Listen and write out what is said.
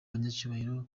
banyacyubahiro